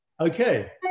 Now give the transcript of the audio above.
okay